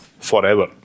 forever